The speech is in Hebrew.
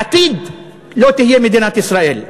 בעתיד לא תהיה מדינת ישראל.